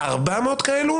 400 כאלה?